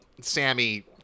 Sammy